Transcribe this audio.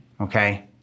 Okay